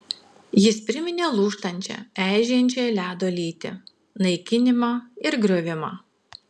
jis priminė lūžtančią eižėjančią ledo lytį naikinimą ir griovimą